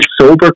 sober